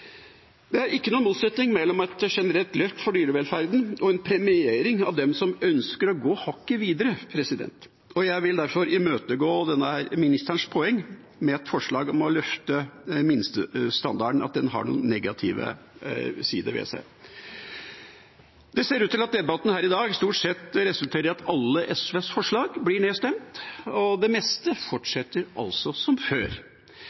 Det er ikke noen motsetning mellom et generelt løft for dyrevelferden og en premiering av dem som ønsker å gå hakket videre. Jeg vil derfor imøtegå ministerens poeng med et forslag om å løfte minstestandarden, som har noen negative sider ved seg. Det ser ut til at debatten her i dag stort sett resulterer i at alle SVs forslag blir nedstemt. Det meste fortsetter altså som før.